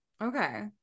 Okay